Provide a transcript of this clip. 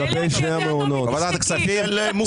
בוועדת כספים?